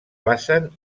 basen